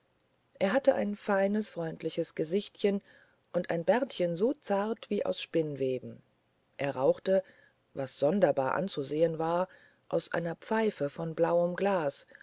er hatte ein feines freundliches gesichtchen und ein bärtchen so zart wie aus spinnweben er rauchte was sonderbar anzusehen war aus einer pfeife von blauem glas